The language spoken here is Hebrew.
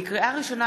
לקריאה ראשונה,